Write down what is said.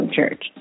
church